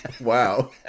Wow